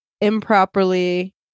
improperly